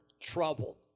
trouble